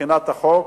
מבחינת החוק,